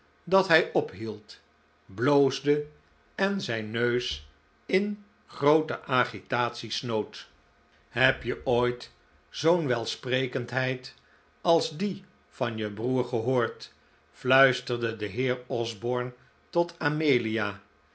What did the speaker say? dat hij ophield bloosde en zijn neus in groote agitatie snoot heb je ooit zoo'n welsprekendheid als die van je broer gehoord fluisterde de heer osborne tot amelia